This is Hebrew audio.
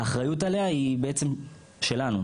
האחריות עליה היא בעצם שלנו,